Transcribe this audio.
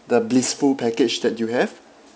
the blissful package that you have